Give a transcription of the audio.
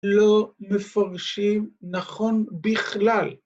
לא מפרשים נכון בכלל.